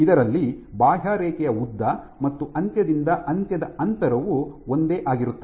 ಇದರಲ್ಲಿ ಬಾಹ್ಯರೇಖೆಯ ಉದ್ದ ಮತ್ತು ಅಂತ್ಯದಿಂದ ಅಂತ್ಯದ ಅಂತರವು ಒಂದೇ ಆಗಿರುತ್ತದೆ